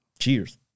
Cheers